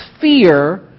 fear